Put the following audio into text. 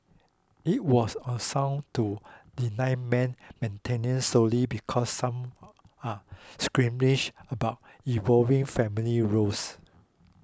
it was unsound to deny men maintenance solely because some are squeamish about evolving family roles